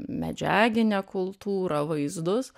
medžiaginę kultūrą vaizdus